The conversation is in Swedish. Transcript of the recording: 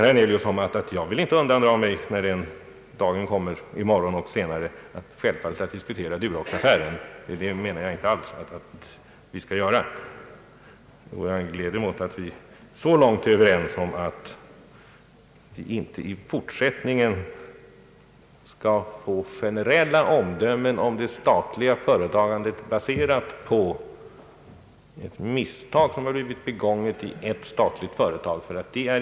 Jag vill självfallet inte, herr Hernelius, undandra mig när den dagen kommer — i morgon och senare — att diskutera Durox-affären. Jag gläder mig åt att vi är överens om att i fortsättningen slippa generella omdömen om det statliga företagandet baserat på ett misstag som har blivit begånget av ett statligt företag.